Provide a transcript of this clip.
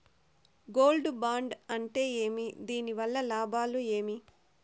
Gold bond అంటే ఏమి? దీని వల్ల లాభాలు ఏమి?